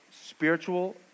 spiritual